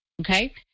Okay